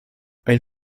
ein